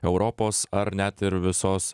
europos ar net ir visos